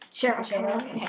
Sure